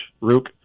Rook